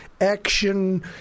action